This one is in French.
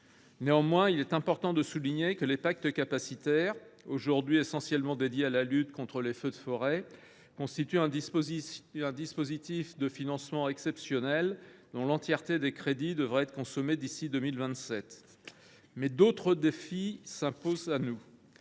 Néanmoins, il est important de souligner que les pactes capacitaires, aujourd’hui essentiellement dédiés à la lutte contre les feux de forêt, constituent un dispositif de financement exceptionnel dont les crédits devraient être consommés dans leur entièreté d’ici à 2027. Or d’autres défis s’imposent à nous.